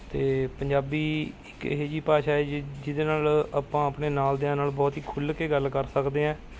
ਅਤੇ ਪੰਜਾਬੀ ਇੱਕ ਇਹੋ ਜਿਹੀ ਭਾਸ਼ਾ ਏ ਜਿ ਜਿਹਦੇ ਨਾਲ ਆਪਾਂ ਆਪਣੇ ਨਾਲ਼ਦਿਆਂ ਨਾਲ ਬਹੁਤ ਹੀ ਖੁੱਲ ਕੇ ਗੱਲ ਕਰ ਸਕਦੇ ਐਂ